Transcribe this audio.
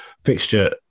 fixture